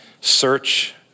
search